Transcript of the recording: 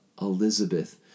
Elizabeth